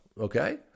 Okay